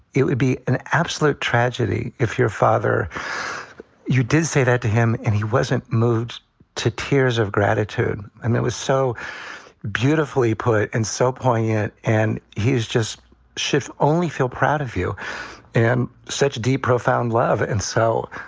it would be an absolute tragedy if your father you did say that to him and he wasn't moved to tears of gratitude. and it was so beautifully put and so poignant. and he's just shift only feel proud of you and such deep, profound love. and so